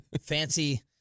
fancy